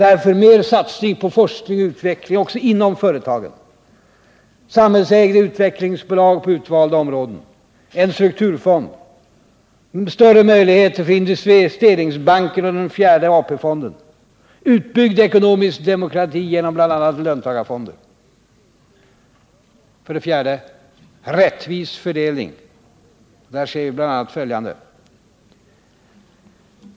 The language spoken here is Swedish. Vi måste satsa mer på forskning och utveckling också inom företagen, på samhällsägda utvecklingsbolag inom utvalda områden, på en strukturfond, på Investeringsbanken och den fjärde AP-fonden samt på en utbyggd ekonomisk demokrati bl.a. genom löntagarfonder.